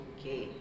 Okay